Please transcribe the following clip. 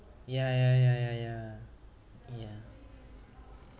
ya ya ya ya ya ya